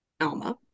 Alma